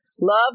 Love